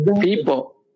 people